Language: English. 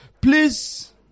Please